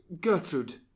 Gertrude